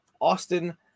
Austin